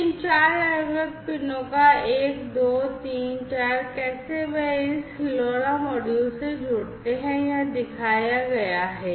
तो इन चार अलग अलग पिनों का 1 2 3 4 कैसे वे इस LoRa मॉड्यूल से जुड़ते हैं यहां दिखाया गया है